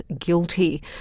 guilty